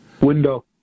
Window